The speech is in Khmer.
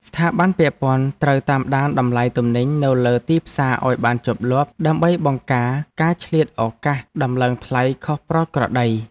ស្ថាប័នពាក់ព័ន្ធត្រូវតាមដានតម្លៃទំនិញនៅលើទីផ្សារឱ្យបានជាប់លាប់ ដើម្បីបង្ការការឆ្លៀតឱកាសដំឡើងថ្លៃខុសប្រក្រតី។